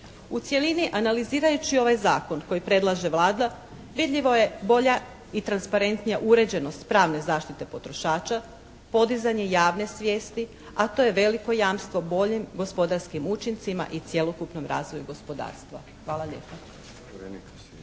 U cjelini analizirajući ovaj zakon koji predlaže Vlada vidljivo je bolja i transparentnija uređenost pravne zaštite potrošača, podizanje javne svijesti a to je veliko jamstvo boljim gospodarskim učincima i cjelokupnom razvoju gospodarstva. Hvala lijepa.